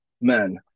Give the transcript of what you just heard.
men